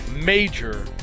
major